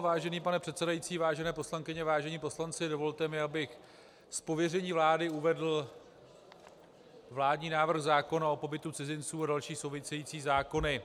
Vážený pane předsedající, vážené poslankyně, vážení poslanci, dovolte mi, abych z pověření vlády uvedl vládní návrh zákona o pobytu cizinců a další související zákony.